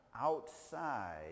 outside